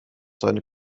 seine